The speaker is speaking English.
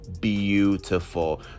beautiful